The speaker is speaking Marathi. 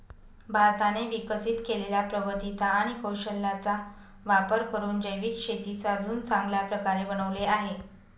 भारताने विकसित केलेल्या प्रगतीचा आणि कौशल्याचा वापर करून जैविक शेतीस अजून चांगल्या प्रकारे बनवले आहे